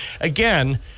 Again